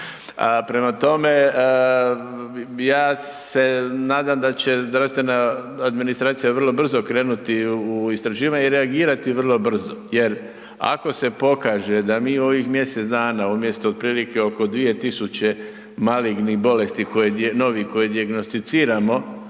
Prema tome, ja se nadam da će zdravstvena administracija vrlo brzo krenuti u istraživanje i reagirati vrlo brzo jer ako se pokaže da mi u ovih mjesec dana umjesto otprilike oko 2 tisuće malignih bolesti koje, novih,